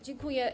Dziękuję.